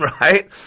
right